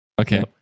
okay